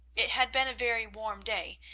it had been a very warm day,